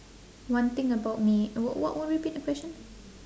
one thing about me what what repeat the question